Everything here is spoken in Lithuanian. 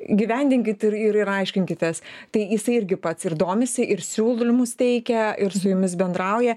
įgyvendinkit ir ir ir aiškinkitės tai jisai irgi pats ir domisi ir siūlymus teikia ir su jumis bendrauja